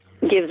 gives